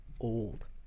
Old